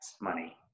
money